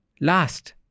last